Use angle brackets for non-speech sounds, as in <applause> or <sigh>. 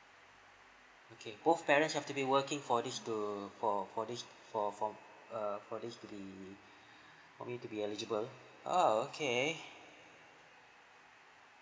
okay both parents have to be working for this to for for this for for uh for this to be <breath> for me to be eligible oh okay